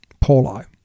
Paulo